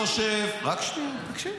רק שנייה, תקשיבי.